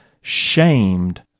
shamed